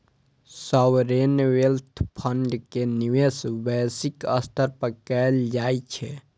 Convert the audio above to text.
sovereign wealth fund के निवेश वैश्विक स्तर पर कैल जाइ छै